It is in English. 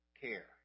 care